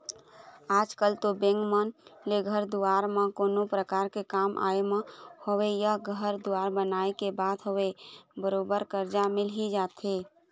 आजकल तो बेंक मन ले घर दुवार म कोनो परकार के काम आय म होवय या घर दुवार बनाए के बात होवय बरोबर करजा मिल ही जाथे